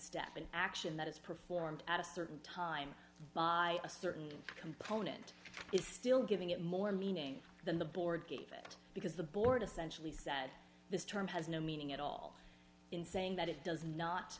step an action that is performed at a certain time by a certain component is still giving it more meaning than the board gave it because the board essentially said this term has no meaning at all in saying that it does not